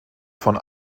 von